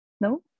no